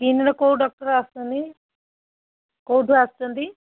ସ୍କିନ୍ର କେଉଁ ଡକ୍ଟର ଆସୁଛନ୍ତି କେଉଁଠୁ ଆସୁଛନ୍ତି